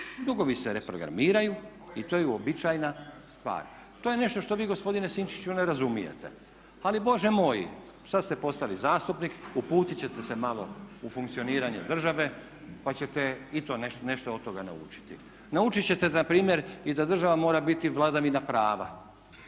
Dugovi se reprogramiraju i to je uobičajena stvar. To je nešto što vi gospodine Sinčiću ne razumijete, ali Bože moj sad ste postali zastupnik, uputit ćete se malo u funkcioniranje države pa ćete i nešto od toga naučiti. Naučite ćete npr. i da država mora biti vladavina prava,